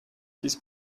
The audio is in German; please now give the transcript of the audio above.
dies